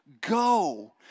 Go